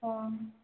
ହଁ